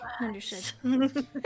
understood